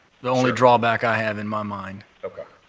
the only drawback i have in my mind. okay.